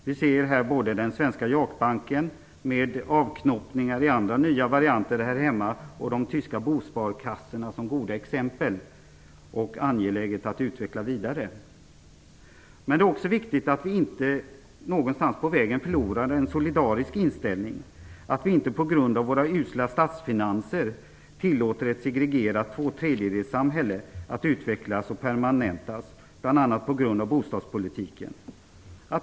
Vi ser här både den svenska JAK-banken med avknoppningar i andra nya varianter här hemma och de tyska bosparkassorna som goda exempel som det är angeläget att utveckla vidare. Men det är också viktigt att vi inte någonstans på vägen förlorar en solidarisk inställning och att vi inte på grund av våra usla statsfinanser tillåter ett segregerat två tredjedelssamhälle att utvecklas och permanentas bl.a. till följd av bostadspolitiken.